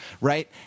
Right